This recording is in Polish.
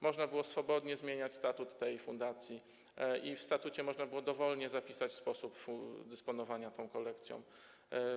Można było swobodnie zmieniać statut tej fundacji i w statucie można było dowolnie zapisać sposób dysponowania tą kolekcją.